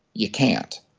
you can't.